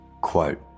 Quote